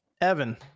evan